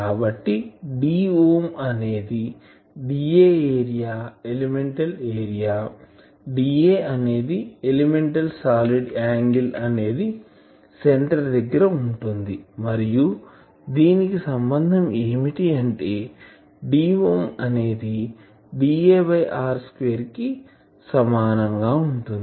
కాబట్టి d అనేది dA area elemental area dA అనేది ఎలెమెంటల్ సాలిడ్ యాంగిల్ అనేది సెంటర్ దగ్గర ఉంటుంది మరియు దీని సంబంధం ఏమిటి అంటే d అనేది dA r 2 కి సమానం గా ఉంటుంది